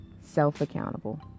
self-accountable